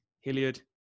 Hilliard